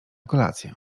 kolację